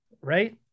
right